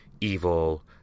evil